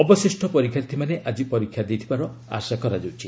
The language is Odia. ଅବଶିଷ୍ଟ ପରୀକ୍ଷାର୍ଥୀମାନେ ଆଜି ପରୀକ୍ଷା ଦେଇଥିବାର ଆଶା କରାଯାଉଛି